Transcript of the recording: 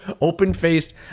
open-faced